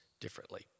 differently